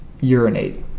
urinate